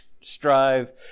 strive